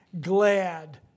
glad